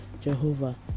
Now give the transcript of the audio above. Jehovah